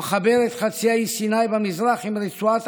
המחבר את חצי האי סיני במזרח עם רצועת